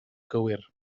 gywir